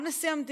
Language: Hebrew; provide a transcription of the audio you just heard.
גם נשיא המדינה,